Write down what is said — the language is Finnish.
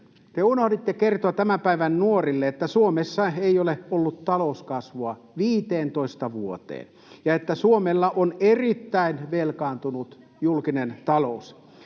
te unohditte kertoa tämän päivän nuorille, että Suomessa ei ole ollut talouskasvua 15 vuoteen ja että Suomella on erittäin velkaantunut julkinen talous.